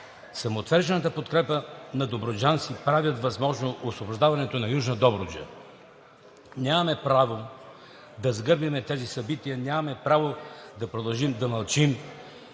самоотвержената подкрепа на добруджанци правят възможно освобождаването на Южна Добруджа. Нямаме право да загърбим тези събития, нямаме право да продължим да мълчим